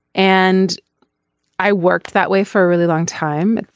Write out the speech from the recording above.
and i worked that way for a really long time.